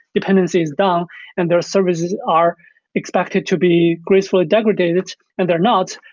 dependency and um and their services are expected to be graceful degradated and they're not.